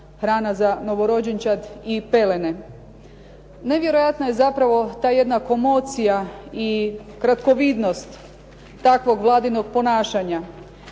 hrana za novorođenčad i pelene. Nevjerojatno je zapravo ta jedna komocija i kratkovidnost takvog Vladinog ponašanja.